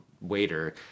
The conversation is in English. waiter